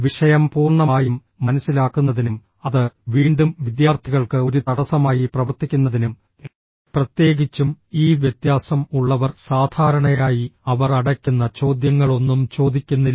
വിഷയം പൂർണ്ണമായും മനസ്സിലാക്കുന്നതിനും അത് വീണ്ടും വിദ്യാർത്ഥികൾക്ക് ഒരു തടസ്സമായി പ്രവർത്തിക്കുന്നതിനും പ്രത്യേകിച്ചും ഈ വ്യത്യാസം ഉള്ളവർ സാധാരണയായി അവർ അടയ്ക്കുന്ന ചോദ്യങ്ങളൊന്നും ചോദിക്കുന്നില്ല